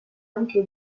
anche